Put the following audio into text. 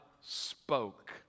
spoke